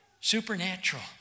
Supernatural